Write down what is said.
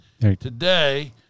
today